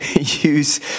use